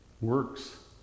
works